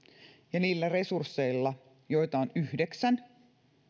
ja niillä resursseilla joita on yhdeksän